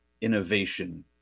innovation